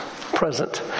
present